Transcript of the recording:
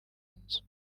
inzu